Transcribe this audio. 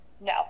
No